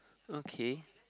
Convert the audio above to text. okay